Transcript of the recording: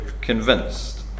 convinced